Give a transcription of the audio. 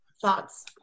thoughts